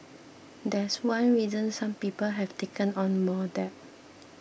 that's one reason some people have taken on more debt